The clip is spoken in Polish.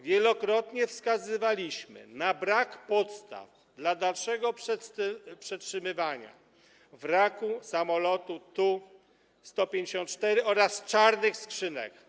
Wielokrotnie wskazywaliśmy na brak podstaw dla dalszego przetrzymywania wraku samolotu TU-154 oraz czarnych skrzynek.